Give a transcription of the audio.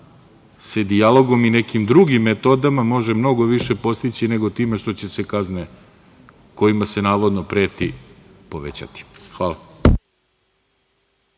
se dijalogom i nekim drugim metodama može mnogo više postići nego time što će se kazne kojima se navodno preti povećati. Hvala.